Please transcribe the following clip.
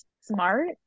smart